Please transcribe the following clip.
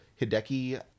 Hideki